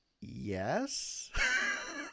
yes